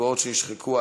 הקצבאות שנשחקו,